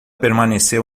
permaneceu